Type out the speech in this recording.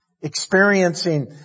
experiencing